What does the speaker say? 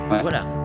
voilà